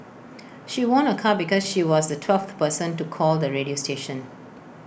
she won A car because she was the twelfth person to call the radio station